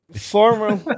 former